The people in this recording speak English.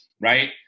right